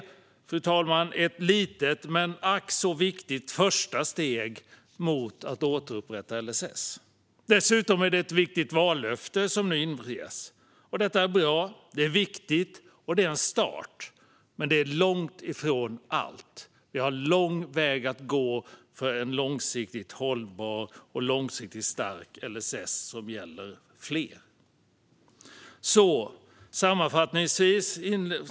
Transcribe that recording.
Detta är ett litet men ack så viktigt första steg mot att återupprätta LSS. Dessutom är det ett viktigt vallöfte som nu infrias. Detta är bra och viktigt. Det är en start, men det är långt ifrån allt. Vi har lång väg att gå för en långsiktigt hållbar och stark LSS-lagstiftning som gäller fler. Fru talman!